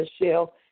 Michelle